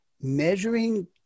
Measuring